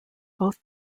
both